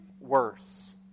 worse